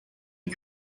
est